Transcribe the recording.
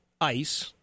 ICE